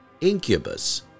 Incubus